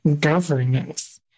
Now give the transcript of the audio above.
governance